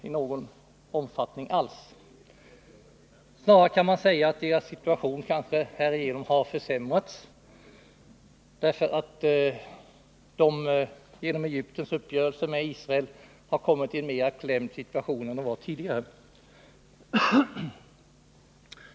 Man kan kanske snarare säga att deras situation härigenom har försämrats — till följd av uppgörelsen mellan Egypten och Israel har palestinierna kommit i en mera klämd situation än tidigare.